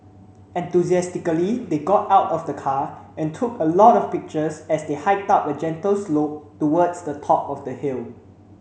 enthusiastically they got out of the car and took a lot of pictures as they hiked up a gentle slope towards the top of the hill